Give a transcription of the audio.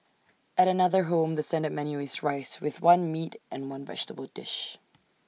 at another home the standard menu is rice with one meat and one vegetable dish